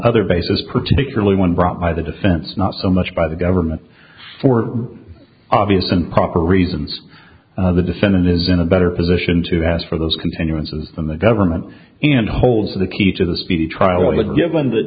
other basis particularly one brought by the defense not so much by the government for obvious improper reasons of the defendant is in a better position to ask for those continuances from the government and holds the key to the speedy trial would be given that